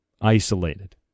isolated